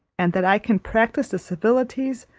and that i can practise the civilities,